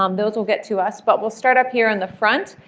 um those will get to us. but we'll start up here in the front.